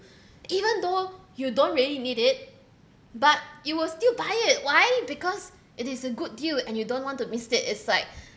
even though you don't really need it but you will still buy it why because it is a good deal and you don't want to miss it it's like